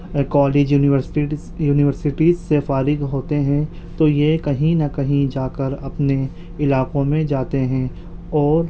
college universities universities سے فارغ ہوتے ہیں تو یہ کہیں نہ کہیں جا کر اپنے علاقوں میں جاتے ہیں اور